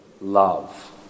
love